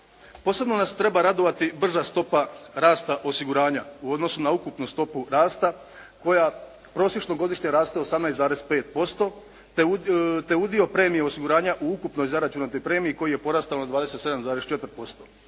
Posebno nas treba radovati brža stopa rasta osiguranja u odnosu na ukupnu stopu rasta koja prosječno godišnje raste 18,5% te udio premije osiguranja u ukupnoj zaračunatoj premiji koji je porastao na 27,4%,